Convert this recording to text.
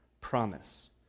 promise